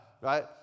Right